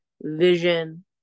vision